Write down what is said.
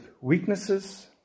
weaknesses